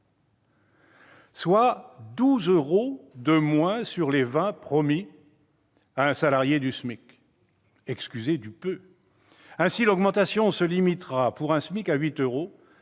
fait 12 euros de moins sur les 20 euros promis à un salarié au SMIC. Excusez du peu ! Ainsi, l'augmentation se limitera à 8 euros-